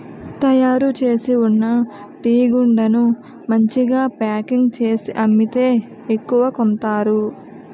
తయారుచేసి ఉన్న టీగుండను మంచిగా ప్యాకింగ్ చేసి అమ్మితే ఎక్కువ కొంతారు